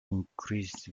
increased